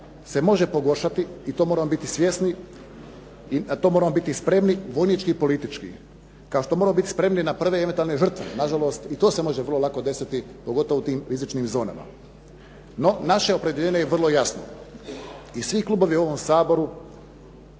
se može pogoršati i to moramo biti svjesni, to moramo biti spremni vojnički i politički, kao što moramo biti spremni na prve eventualne žrtve. Nažalost, i to se može vrlo lako desiti, pogotovo u tim rizičnim zonama. No, naše opredjeljenje je vrlo jasno i svi klubovi u ovom Saboru